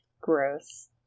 gross